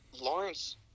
Lawrence